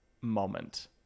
moment